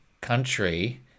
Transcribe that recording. country